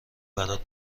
برات